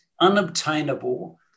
unobtainable